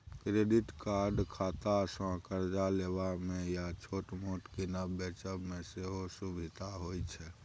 credit खातासँ करजा लेबा मे या छोट मोट कीनब बेचब मे सेहो सुभिता होइ छै